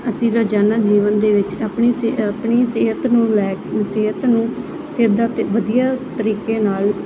ਅਸੀਂ ਰੋਜ਼ਾਨਾ ਜੀਵਨ ਦੇ ਵਿੱਚ ਆਪਣੀ ਸਿਹ ਆਪਣੀ ਸਿਹਤ ਨੂੰ ਲੈ ਕੇ ਸਿਹਤ ਨੂੰ ਸੇਧਾਂ ਅਤੇ ਵਧੀਆ ਤਰੀਕੇ ਨਾਲ